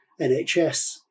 NHS